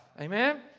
Amen